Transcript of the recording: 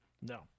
No